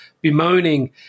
bemoaning